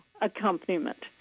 accompaniment